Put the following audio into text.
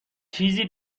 چیزی